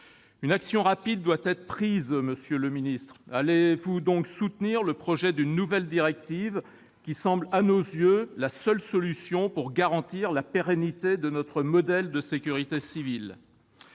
Une action rapide doit être entreprise, monsieur le ministre : allez-vous soutenir le projet d'une nouvelle directive qui semble, à nos yeux, la seule solution pour garantir la pérennité de notre modèle de sécurité civile ?